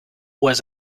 was